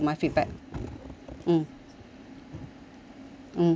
mm mm